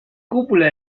cúpula